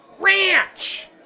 Ranch